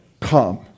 come